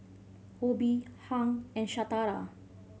Obie Hank and Shatara